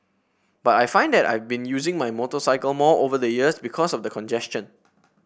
but I find that I've been using my motorcycle more over the years because of the congestion